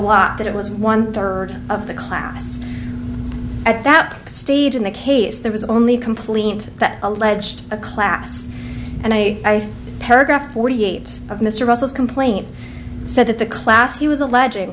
lot that it was one third of the class at that stage in the case there was only complaint that alleged a class and i paragraph forty eight of mr russell's complaint said that the class he was alleging